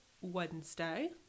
Wednesday